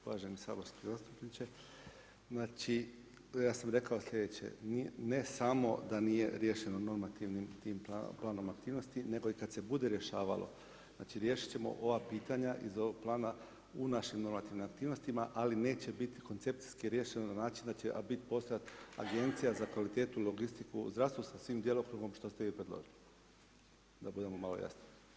Uvaženi saborski zastupniče, znači, ja sam rekao sljedeće, ne samo da nije riješeno normativnim planom aktivnosti, nego i kad se bude rješavalo, riješiti ćemo ova pitanja iz ovog plana u našim normativnim aktivnostima ali neće biti koncepcijski riješeno na način da će biti, postojati Agencija za kvalitetu i logistiku u zdravstvu sa svim djelokrugom što ste vi predložili, da budemo malo jasniji.